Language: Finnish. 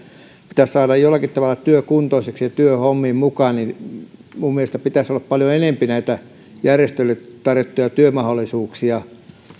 pitäisi saada jollakin tavalla työkuntoisiksi ja työhommiin mukaan niin minun mielestäni pitäisi olla paljon enempi näitä järjestöjen tarjoamia työmahdollisuuksia